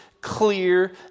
clear